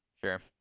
Sure